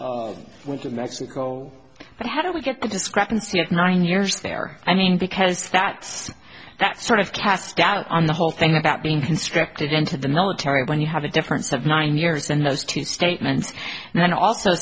and went to mexico but how do we get the discrepancy of nine years there i mean because that's that's sort of cast doubt on the whole thing about being conscripted into the military when you have a difference of nine years and those two statements and then also